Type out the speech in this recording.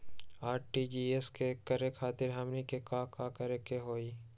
RTGS करे खातीर हमनी के का करे के हो ई?